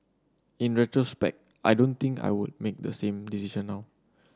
in retrospect I don't think I would make the same decision now